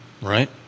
Right